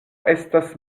estas